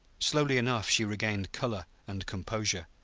slowly enough she regained color and composure,